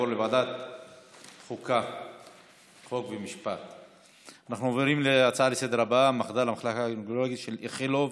בנושא: מחדלי המחלקה האונקולוגית של איכילוב,